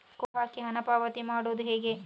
Code ಹಾಕಿ ಹಣ ಪಾವತಿ ಮಾಡೋದು ಹೇಗೆ?